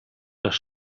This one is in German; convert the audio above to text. das